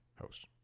host